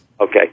Okay